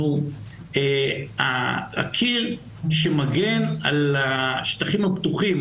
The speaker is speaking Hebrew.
אנחנו הקיר שמגן על השטחים הפתוחים,